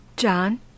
John